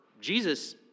Jesus